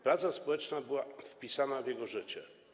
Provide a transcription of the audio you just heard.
Praca społeczna była wpisana w jego życie.